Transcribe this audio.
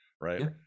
Right